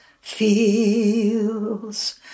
feels